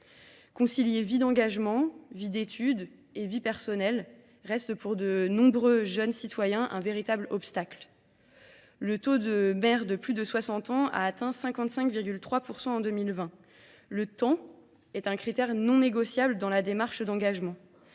Concilier vie d'engagement, vie d'études et vie personnelle reste pour de nombreux jeunes citoyens un véritable obstacle. Le taux de maire de plus de 60 ans a atteint 55,3% en 2020. Le temps est un critère non négociable dans la démarche d'engagement.